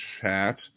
chat